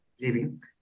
living